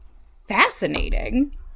fascinating